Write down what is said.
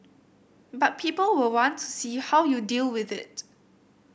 but people will want to see how you deal with it